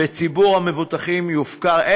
וציבור המבוטחים יופקר,